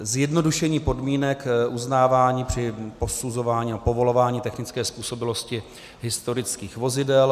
Zjednodušení podmínek uznávání při posuzování a povolování technické způsobilosti historických vozidel.